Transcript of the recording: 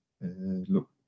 Look